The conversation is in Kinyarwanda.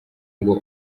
ngo